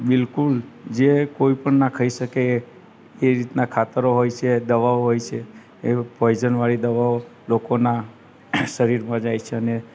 બિલકુલ જે કોઈપણ ના ખાઈ શકે એ રીતનાં ખાતરો હોય છે દવા હોય છે એ પોઈઝનવાળી દવાઓ લોકોના શરીરમાં જાય છે અને ત્યાર